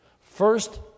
First